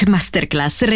Masterclass